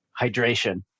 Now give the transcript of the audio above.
hydration